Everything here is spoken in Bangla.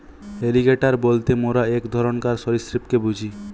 এলিগ্যাটোর বলতে মোরা এক ধরণকার সরীসৃপকে বুঝি